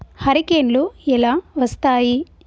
హరికేన్లు ఎలా వస్తాయి?